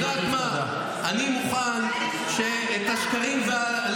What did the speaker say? דיברתי אלייך, איך שאת מדברת.